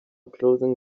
closing